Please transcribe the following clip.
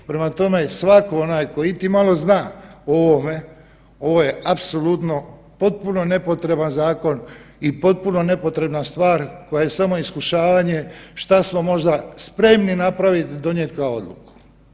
Prema tome, svatko onaj koji iti malo zna o ovome, ovo je apsolutno potpuno nepotreban zakon i potpuno nepotrebna stvar koja je samo iskušavanje šta smo možda spremni napraviti, donijeti kao odluku.